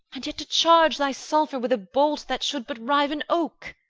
and yet to charge thy sulphur with a bolt that should but rive an oak.